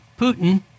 Putin